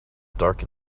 dark